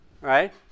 right